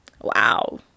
wow